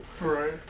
Right